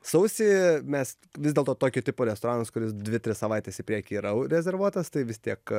sausį mes vis dėlto tokio tipo restoranas kuris dvi tris savaites į priekį yra rezervuotas tai vis tiek